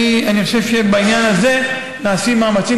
אני חושב שבעניין הזה נעשים מאמצים